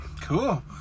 cool